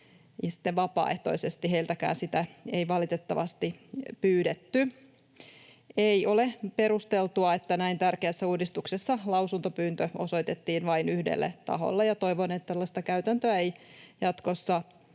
Vapaaehtoisesti heiltäkään sitä ei valitettavasti pyydetty. Ei ole perusteltua, että näin tärkeässä uudistuksessa lausuntopyyntö osoitettiin vain yhdelle taholle, ja toivon, että tällaista käytäntöä ei jatkossa